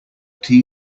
tea